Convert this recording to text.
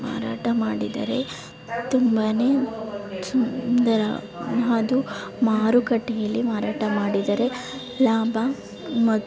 ಮಾರಾಟ ಮಾಡಿದರೆ ತುಂಬನೇ ಸುಂದರ ಅದು ಮಾರುಕಟ್ಟೆಯಲ್ಲಿ ಮಾರಾಟ ಮಾಡಿದರೆ ಲಾಭ ಮ